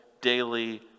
daily